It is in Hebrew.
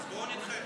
אז בואו נדחה.